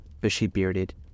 bushy-bearded